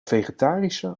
vegetarische